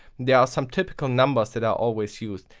there are some typical numbers that are always used.